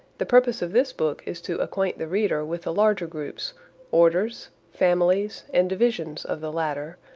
the purpose of this book is to acquaint the reader with the larger groups orders, families, and divisions of the latter,